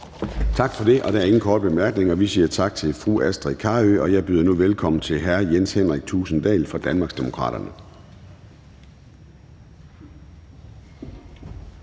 Tak for det. Der er ingen korte bemærkninger. Vi siger tak til fru Astrid Carøe, og jeg byder nu velkommen til hr. Jens Henrik Thulesen Dahl fra Danmarksdemokraterne.